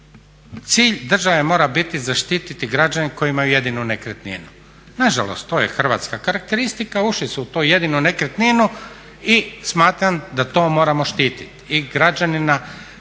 Cilj države mora biti zaštiti građane koji imaju jedinu nekretnina. Nažalost to je Hrvatska karakteristika, ušli su u tu jedinu nekretninu i smatram da to moramo štiti i